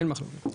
בסדר.